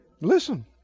listen